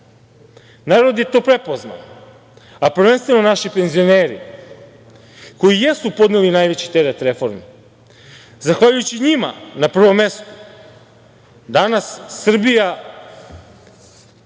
je to prepoznao, a prvenstveno naši penzioneri, koji jesu podneli najveći teret reformi. Zahvaljujući njima, na prvom mestu, danas Srbija,